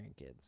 grandkids